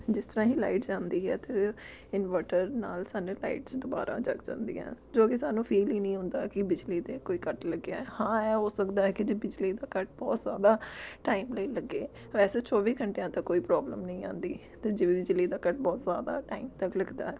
ਜਿਸ ਤਰ੍ਹਾਂ ਹੀ ਲਾਈਟ ਜਾਂਦੀ ਹੈ ਤਾਂ ਇਨਵਰਟਰ ਨਾਲ ਸਾਨੂੰ ਲਾਈਟਸ ਦੁਬਾਰਾ ਜੱਗ ਜਾਂਦੀਆਂ ਜੋ ਕਿ ਸਾਨੂੰ ਫੀਲ ਹੀ ਨਹੀਂ ਹੁੰਦਾ ਕਿ ਬਿਜਲੀ ਦੇ ਕੋਈ ਕੱਟ ਲੱਗਿਆ ਹਾਂ ਇਹ ਹੋ ਸਕਦਾ ਹੈ ਕਿ ਜੇ ਬਿਜਲੀ ਦਾ ਕੱਟ ਬਹੁਤ ਜ਼ਿਆਦਾ ਟਾਈਮ ਲਈ ਲੱਗੇ ਵੈਸੇ ਚੌਵੀ ਘੰਟਿਆਂ ਤਾਂ ਕੋਈ ਪ੍ਰੋਬਲਮ ਨਹੀਂ ਆਉਂਦੀ ਅਤੇ ਜਿਵੇਂ ਬਿਜਲੀ ਦਾ ਕੱਟ ਬਹੁਤ ਜ਼ਿਆਦਾ ਟਾਈਮ ਤੱਕ ਲੱਗਦਾ